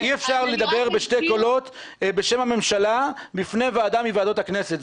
אי אפשר לדבר בשני קולות בשם הממשלה בפני ועדה מוועדות הכנסת.